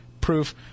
proof